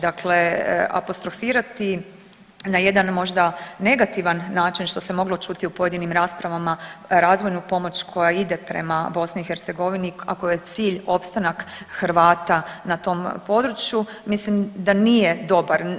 Dakle, apostrofirati na jedan možda negativan način što se moglo čuti u pojedinim raspravama razvojnu pomoć koja ide prema BiH, a kojoj je cilj opstanak Hrvata na tom području mislim da nije dobar.